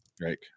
Great